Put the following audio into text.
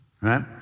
right